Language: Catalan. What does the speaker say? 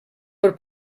per